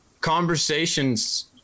Conversations